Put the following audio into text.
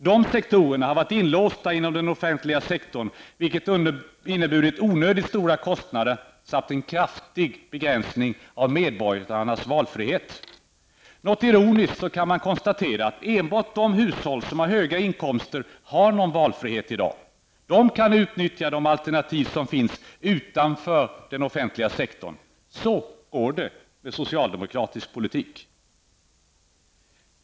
Dessa sektorer har varit inlåsta inom den offentliga sektorn, vilket inneburit onödigt stora kostnader samt en kraftig begränsning av medborgarnas valfrihet. Litet ironiskt kan man konstatera att det är enbart hushåll som har höga inkomster som har valfrihet i dag. De kan utnyttja de alternativ som finns utanför den offentliga sektorn. Så går det med socialdemokratisk politik.